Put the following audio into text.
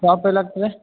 shop ಎಲ್ಲಿ ಆಗ್ತದೆ